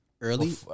early